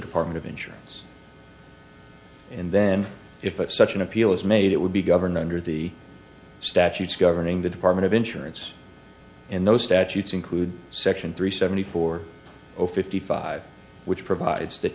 department of insurance and then if such an appeal is made it would be governed under the statutes governing the department of insurance in those statutes include section three seventy four or fifty five which provides that